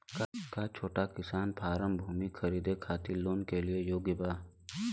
का छोटा किसान फारम भूमि खरीदे खातिर लोन के लिए योग्य बा?